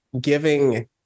giving